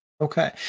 Okay